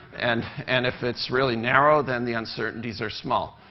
and and if it's really narrow, then the uncertainties are small.